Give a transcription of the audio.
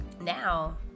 now